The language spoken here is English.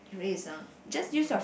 race uh orh dunno